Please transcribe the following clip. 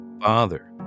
Father